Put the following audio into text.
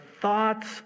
thoughts